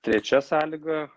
trečia sąlyga